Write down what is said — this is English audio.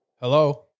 Hello